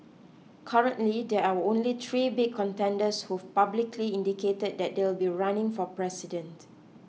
currently there are only three big contenders who've publicly indicated that they'll be running for president